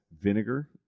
Vinegar